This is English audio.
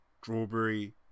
strawberry